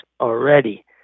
already